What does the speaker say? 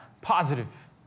positive